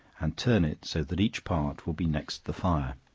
and turn it so that each part will be next the fire.